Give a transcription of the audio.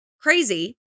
crazy